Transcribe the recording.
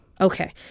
Okay